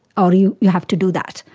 or you you have to do that.